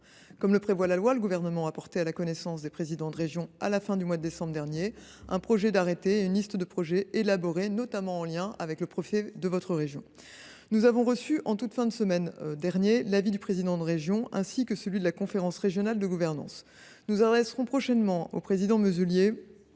Comme le prévoit la loi, le Gouvernement a porté à la connaissance des présidents de région, à la fin du mois de décembre dernier, un projet d’arrêté et une liste de projets, élaborée notamment en lien avec les préfets de région. Nous avons reçu, en toute fin de semaine dernière, l’avis du président de votre région, M. Renaud Muselier, ainsi que celui de la conférence régionale de gouvernance. Nous adresserons prochainement à M. Muselier